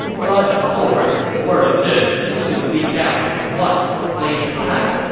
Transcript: but of course, word of this soon leaked out to his wife, lady cai,